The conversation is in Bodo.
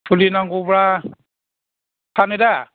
फुलि नांगौब्ला फानोदा